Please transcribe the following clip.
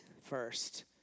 first